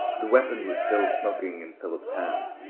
the weapon was still smoking in philip's hand.